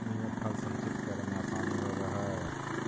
इमे फल संचित करे में आसानी होवऽ हई